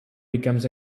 becomes